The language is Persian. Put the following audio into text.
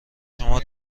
شما